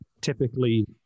typically